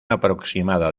aproximada